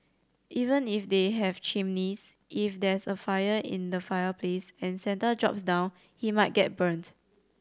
even if they have chimneys if there's a fire in the fireplace and Santa drops down he might get burnt